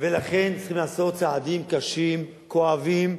ולכן צריכים לעשות צעדים קשים, כואבים,